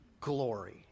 Glory